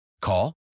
Call